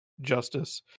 justice